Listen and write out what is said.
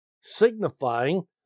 signifying